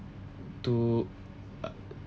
to ugh